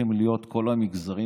צריכים להיות כל המגזרים,